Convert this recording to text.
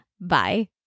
Bye